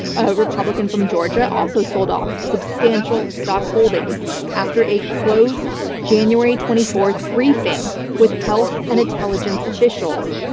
a republican from georgia, also sold off substantial stock holdings after a closed january twenty fourth briefing with health and intelligence officials.